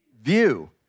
view